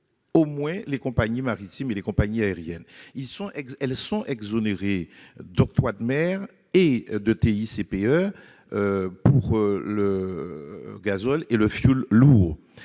au moins les compagnies maritimes et les compagnies aériennes, qui sont exonérées d'octroi de mer et de TICPE pour le gazole et le fioul lourd,